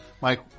Mike